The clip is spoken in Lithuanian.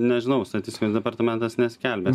nežinau statistikos departamentas neskelbia